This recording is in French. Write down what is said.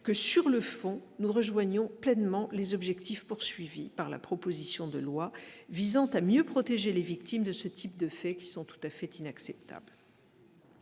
que sur le fond, nous rejoignons pleinement les objectifs poursuivis par la proposition de loi visant à mieux protéger les victimes de ce type de faits qui sont tout à fait inacceptable